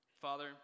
Father